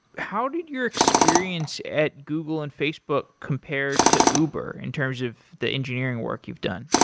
how did your experience at google and facebook compare to uber in terms of the engineering work you've done?